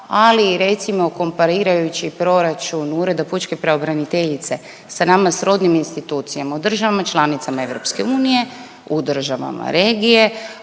ali recimo komparirajući proračun Ureda pučke pravobraniteljice sa nama srodnim institucijama u državama članicama EU, u državama regije,